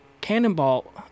Cannonball